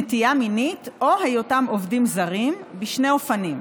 נטייה מינית או היותם עובדים זרים, בשני אופנים: